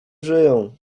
żyją